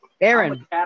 Aaron